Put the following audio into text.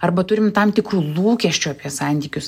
arba turim tam tikrų lūkesčių apie santykius